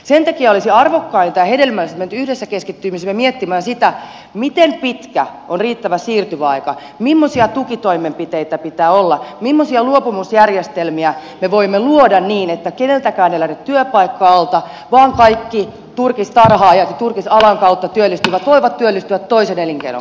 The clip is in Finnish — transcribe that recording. sen takia olisi arvokkainta ja hedelmällisintä että me nyt yhdessä keskittyisimme miettimään sitä miten pitkä on riittävä siirtymäaika mimmoisia tukitoimenpiteitä pitää olla mimmoisia luopumisjärjestelmiä me voimme luoda niin että keneltäkään ei lähde työpaikka alta vaan kaikki turkistarhaajat ja turkisalan kautta työllistyvät voivat työllistyä toisen elinkeinon kautta